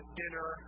dinner